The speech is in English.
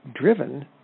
driven